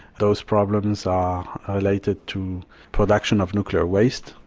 those problems are related to production of nuclear waste,